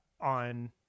on